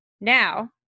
Now